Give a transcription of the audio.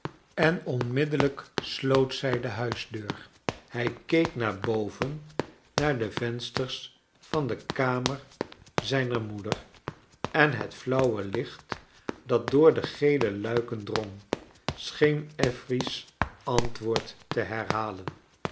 en onmiddellijk sloot zij de huisdeur hij keek naar boven naar de vensters van de kamer zijner rnoeder en het flauwe licht dat door de gele luiken drong scheen affery s antwoord te herhalen